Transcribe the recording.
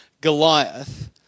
Goliath